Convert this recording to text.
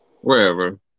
Wherever